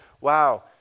wow